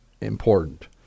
important